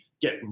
get